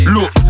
Look